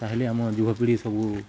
ତା'ହେଲେ ଆମ ଯୁବପିଢ଼ି ସବୁ